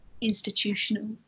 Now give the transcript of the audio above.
institutional